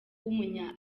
w’umunya